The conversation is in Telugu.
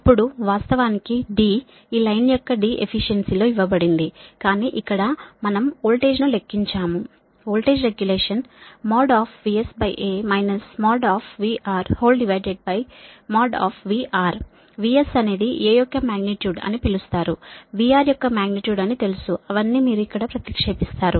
అప్పుడు వాస్తవానికి D ఈ లైన్ యొక్క D ఎఫిషియన్సీ లో ఇవ్వబడింది కానీ ఇక్కడ మనం వోల్టేజ్ను లెక్కించాము voltage regulation VS|A| VRVR VS అనేది A యొక్క మాగ్నిట్యూడ్ అని పిలుస్తారు VR యొక్క మాగ్నిట్యూడ్ అని తెలుసు అవన్నీ మీరు ఇక్కడ ప్రతిక్షేపిస్తారు